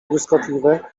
błyskotliwe